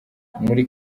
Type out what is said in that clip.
muri